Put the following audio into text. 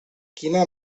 quina